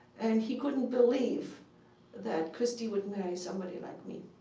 and he couldn't believe that christy would marry somebody like me.